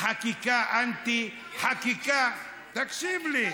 חקיקה אנטי, חקיקה, תקשיב לי.